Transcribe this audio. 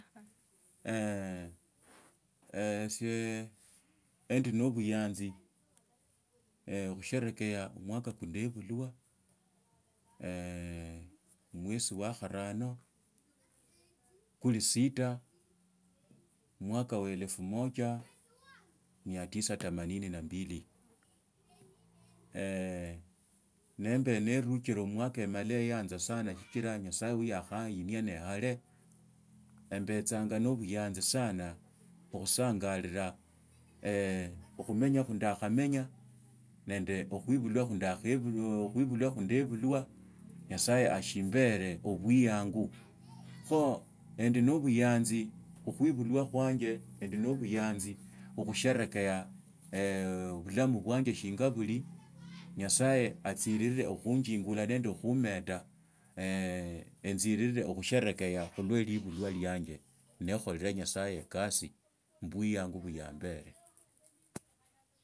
esie endi nobuyansi khusherakea omwaka kwo ndaebulwa omwesii wa kharano kuli sita mwaka wa elfu moja mia tisa themanini na mbili, nambere haruchile omwaka emala yanza sana sichira nyasaye wo yakhainia ne yalzo embetsanga nobuyansi sana okhusanganiraa, okhumenya kwo ndakhamenya nendi okhoibutwa kunda khuibulwa khuibulwa kundakhuibulwa nyasaye ashiimbera obwayanagi kho, endi nobuyanzi khuibulwa kwanje endi nobuyanzi okhushirekea obulamu bwanje shinga buli nyasaye atsirire khontsikura nende khusmeta enziriree okhusherekea khulwa ilibulwa lianje nakhorera nyasaye ekasi mubusiyangu bwa bere.